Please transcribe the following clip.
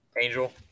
Angel